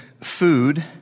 food